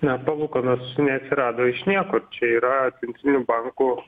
ne palūkanos neatsirado iš nieko čia yra centrinių bankų